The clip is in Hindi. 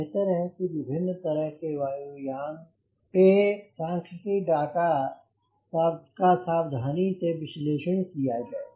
बेहतर है कि विभिन्न तरह के वायु यान ओके सांख्यिकी डाटा का सावधानी से विश्लेषण किया जाए